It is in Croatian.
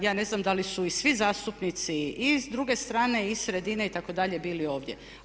Ja ne znam da li su i svi zastupnici i s druge strane i sa sredine itd. bili ovdje.